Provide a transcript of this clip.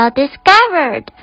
discovered